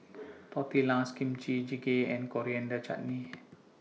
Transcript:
Tortillas Kimchi Jjigae and Coriander Chutney